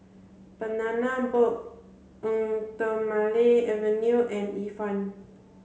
Banana Boat Eau Thermale Avene and Ifan